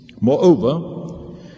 Moreover